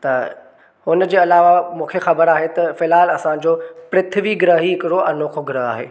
त हुनजे अलावा मूंखे ख़बर आहे त फ़िलहाल असांजो पृथ्वी ग्रह हिकिड़ो अनोखो ग्रह आहे